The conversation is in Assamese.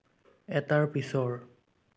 এটাৰ পিছৰ